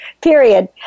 period